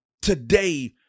today